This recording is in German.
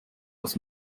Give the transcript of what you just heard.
das